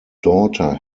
daughter